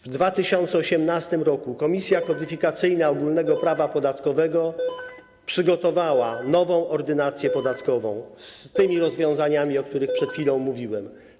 W 2018 r. Komisja Kodyfikacyjna Ogólnego Prawa Podatkowego przygotowała nową Ordynację podatkową, z tymi rozwiązaniami, o których przed chwilą mówiłem.